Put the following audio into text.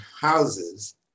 houses